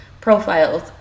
profiles